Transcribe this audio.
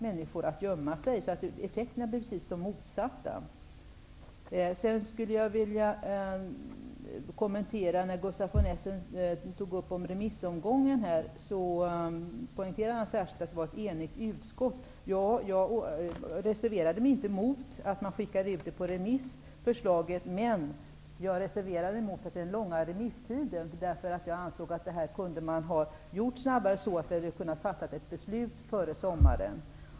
Människor uppmanas att gömma sig, och effekterna blir därmed de motsatta. Gustaf von Essen talade om remissomgången här. Han poängterade att utskottet var enigt. Ja, jag reserverade mig inte mot att förslaget skickades ut på remiss. Däremot reserverade jag mig mot den långa remisstiden. Jag ansåg att arbetet kunde ha gått snabbare, så att beslut kunde ha fattats före sommaren.